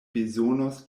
bezonos